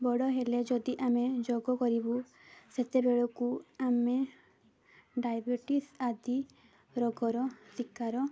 ବଡ଼ ହେଲେ ଯଦି ଆମେ ଯୋଗ କରିବୁ ସେତେବେଳକୁ ଆମେ ଡାଇବେଟିସ୍ ଆଦି ରୋଗର ଶିକାର